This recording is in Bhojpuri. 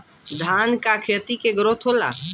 धान का खेती के ग्रोथ होला?